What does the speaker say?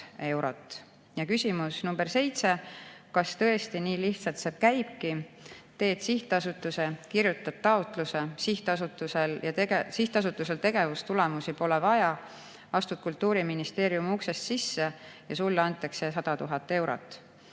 Küsimus nr 7: "Kas tõesti nii lihtsalt see käibki? Teed sihtasutuse, kirjutad taotluse, sihtasutusel tegevustulemusi pole vaja, astud Kultuuriministeeriumi uksest sisse ja sulle antakse 100 000 eurot?"